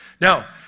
Now